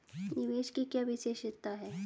निवेश की क्या विशेषता है?